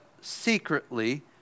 secretly